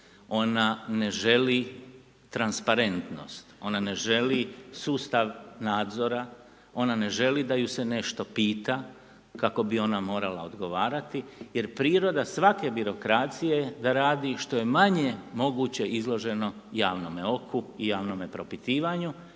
ona ne želi transparentnost, ona ne želi sustav nadzora, ona ne želi da ju se nešto pita kako bi ona morala odgovarati, jer priroda svake birokracije je da radi što je manje moguće izloženo javnome oku i javnome propitivanju